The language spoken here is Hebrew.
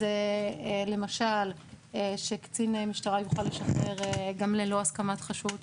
זה למשל שקצין משטרה יוכל לשחרר גם ללא הסכמת חשוד,